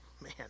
man